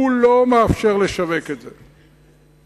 לא מאפשר לשווק את זה.